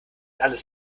alles